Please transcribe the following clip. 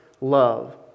love